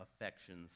affections